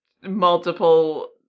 multiple